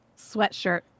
Sweatshirt